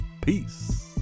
peace